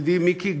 ידידי מיקי,